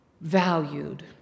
valued